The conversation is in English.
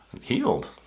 healed